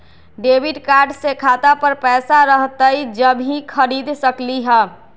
Debit card से खाता पर पैसा रहतई जब ही खरीद सकली ह?